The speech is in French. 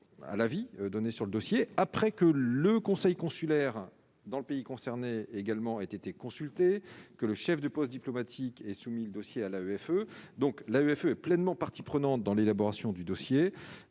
à la vie données sur le dossier après que le conseil consulaire dans le pays concerné également été que le chef du poste diplomatique est soumis le dossier à la EFE donc l'avait fait pleinement partie prenante dans l'élaboration du dossier